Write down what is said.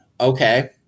Okay